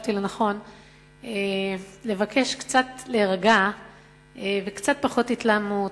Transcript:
חשבתי לנכון לבקש קצת להירגע וקצת פחות התלהמות,